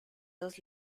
dos